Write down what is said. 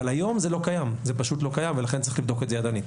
אבל היום זה פשוט לא קיים ולכן צריך לבדוק את זה ידנית.